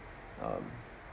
um